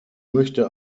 möchte